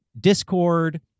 Discord